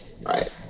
Right